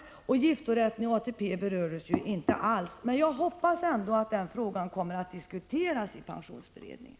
Frågan om giftorätt till ATP-poäng berörde hon inte alls, men jag hoppas att den ändå kommer att diskuteras i pensionsberedningen.